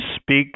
speak